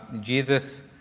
Jesus